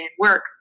work